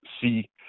See